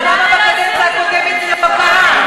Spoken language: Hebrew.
למה בקדנציה הקודמת זה לא קרה?